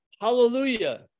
hallelujah